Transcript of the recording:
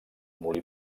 molí